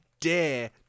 dare